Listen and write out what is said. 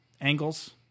angles